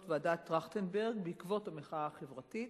ועדת-טרכטנברג בעקבות המחאה החברתית.